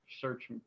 search